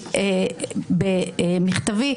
שכתבתי במכתבי,